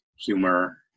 humor